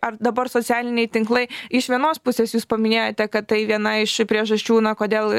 ar dabar socialiniai tinklai iš vienos pusės jūs paminėjote kad tai viena iš priežasčių kodėl